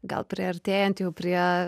gal priartėjant jau prie